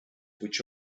which